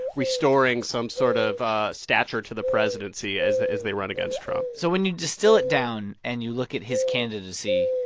restoring some sort of stature to the presidency as ah as they run against trump so when you distill it down and you look at his candidacy,